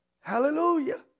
Hallelujah